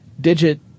digit